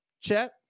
Chet